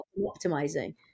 optimizing